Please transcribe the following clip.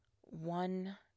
one